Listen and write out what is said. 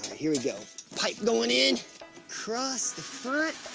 here we go pipe going in across the front.